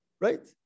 Right